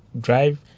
drive